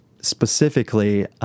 specifically